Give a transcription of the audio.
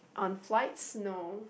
on flights no